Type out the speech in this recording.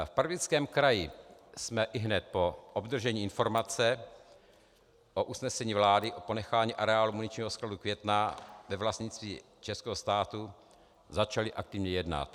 V Pardubickém kraji jsme ihned po obdržení informace o usnesení vlády o ponechání areálu muničního skladu Květná ve vlastnictví českého státu začali aktivně jednat.